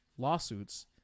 lawsuits